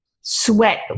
sweat